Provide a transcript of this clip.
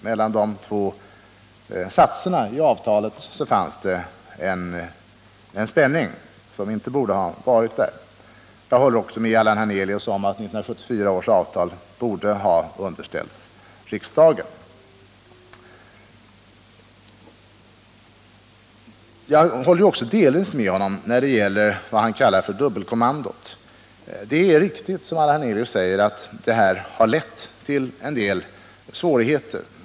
Mellan de två satserna i avtalet fanns det en spänning som inte borde ha funnits där. Jag håller också med Allan Hernelius om att 1974 års avtal borde ha underställts riksdagen. Jag håller även delvis med Allan Hernelius när det gäller det som han kallar för dubbelkommandot. Det är riktigt som han säger att det har lett till en del svårigheter.